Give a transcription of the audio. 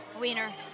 wiener